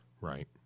Right